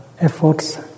efforts